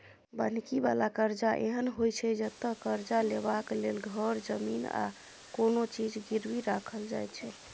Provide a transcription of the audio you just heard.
बन्हकी बला करजा एहन होइ छै जतय करजा लेबाक लेल घर, जमीन आ कोनो चीज गिरबी राखल जाइ छै